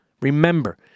Remember